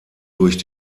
durch